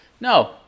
No